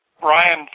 Brian